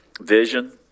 vision